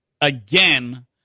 again